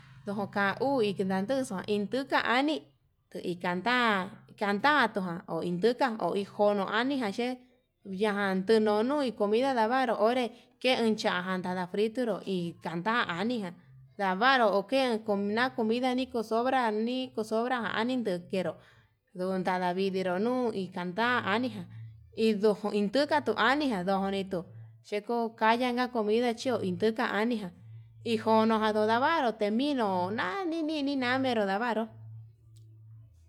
Ndujo kan uu unenandexua induka anii, nduu itan nda'a kandatoa ohi nduta ohi jono aninga ye'e, yajan tenunuiko kuinda ndavaru onré ke inya'ajan nada fritonró hi tanta aniján, ndavaru ke comida ni kuu sobra anii kuu sobrajan anindo ndankero ndunda, ndaviruu nuu inkanta aniga induu indukatu anidore ndeko kayan nga comida chio induka ngua nijonijan ijono andodavaro ten, mino na'a ninina namero ndavaro.